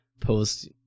post